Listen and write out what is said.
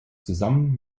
zusammen